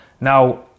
Now